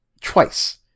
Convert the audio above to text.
twice